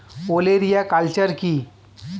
ওলেরিয়া কালচার কি?